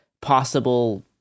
possible